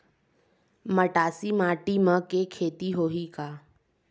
मटासी माटी म के खेती होही का?